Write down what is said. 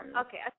Okay